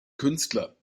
künstler